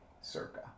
Circa